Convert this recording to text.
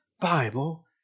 Bible